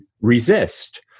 resist